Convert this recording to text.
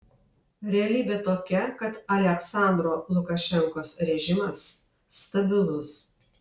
realybė tokia kad aliaksandro lukašenkos režimas stabilus